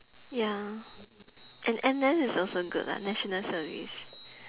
ya and N_S is also good lah national service